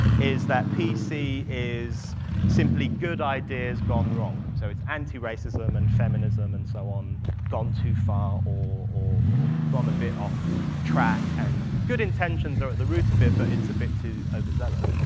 is that p c. is simply good ideas gone wrong. so, it's anti-racism and feminism and so on gone too far or gone a bit off track, and good intentions are at the roots of it, but it's a bit too over zealous.